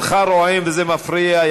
קולך רועם וזה מפריע,